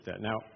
Now